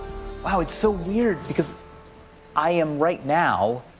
wow, it's so weird because i am right now,